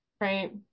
right